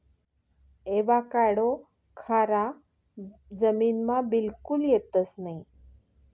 avocado खारा जमीनमा बिलकुल येतंस नयी